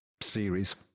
series